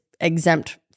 exempt